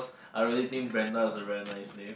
I really think Brenda is a very nice name